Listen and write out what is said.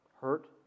hurt